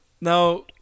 now